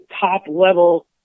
top-level